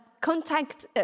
contact